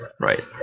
right